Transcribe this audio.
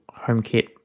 HomeKit